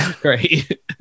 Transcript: Great